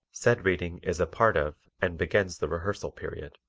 said reading is a part of and begins the rehearsal period.